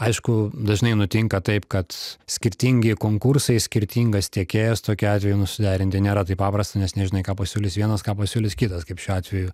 aišku dažnai nutinka taip kad skirtingi konkursai skirtingas tiekėjas tokiu atveju nu suderinti nėra taip paprasta nes nežinai ką pasiūlys vienas ką pasiūlys kitas kaip šiuo atveju